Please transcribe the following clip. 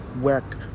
work